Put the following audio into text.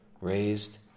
raised